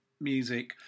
music